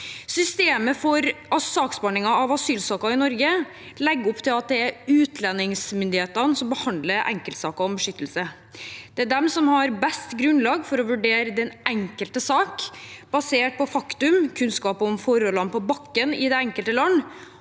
Systemet for saksbehandlingen av asylsøkere i Norge legger opp til at det er utlendingsmyndighetene som behandler enkeltsaker om beskyttelse. Det er de som har best grunnlag for å vurdere den enkelte sak, basert på faktum, kunnskap om forholdene på bakken i det enkelte land